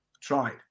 Tried